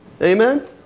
Amen